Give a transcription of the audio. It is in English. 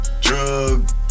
drug